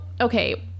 okay